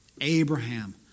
Abraham